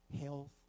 health